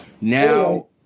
Now